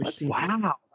Wow